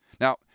Now